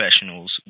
professionals